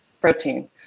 protein